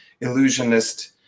illusionist